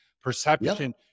perception